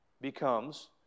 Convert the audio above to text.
becomes